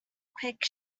quick